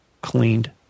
cleaned